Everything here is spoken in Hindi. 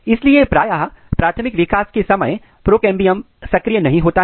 इसलिए प्रायः प्राथमिक विकास के समय प्रोकेंबियम सक्रिय नहीं होता है